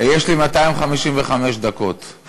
יש לי 255 דקות.